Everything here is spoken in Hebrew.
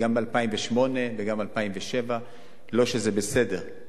גם לגבי 2008 וגם לגבי 2007. לא שזה בסדר,